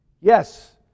Yes